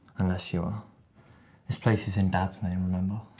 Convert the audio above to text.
unless you are. this place is in dad's name, remember?